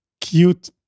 cute